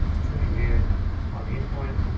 trimming here on the in point,